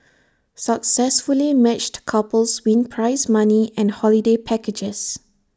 successfully matched couples win prize money and holiday packages